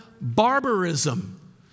barbarism